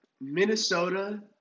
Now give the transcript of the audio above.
Minnesota